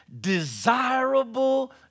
desirable